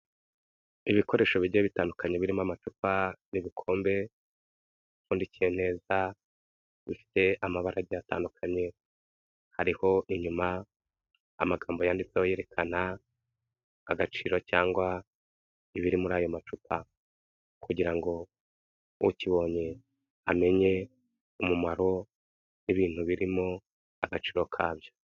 Ibikoresho bigiye bitandukanye birimo amacupa n'ibikombe bipfundikiye neza, bifite amabara atandukanye hariho inyuma amagambo yanditseho yerekana agaciro cyangwa ibiri muri ayo macupa kugira ngo ukibonye amenye umumaro n'ibintu birimo agaciro kabyo.